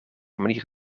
manier